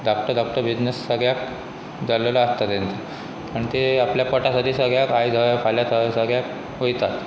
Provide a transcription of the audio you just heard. धाकटो धाकटो बिजनेस सगळ्याक जाल्लो आसता तें आनी ते आपल्या पोटासा सगळ्याक आयज हय फाल्यां थ सगळ्याक वयतात